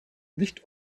nicht